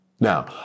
Now